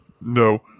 No